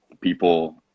people –